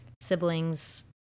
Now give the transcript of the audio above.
siblings